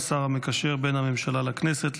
השר המקשר בין הממשלה לכנסת,